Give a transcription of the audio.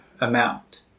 amount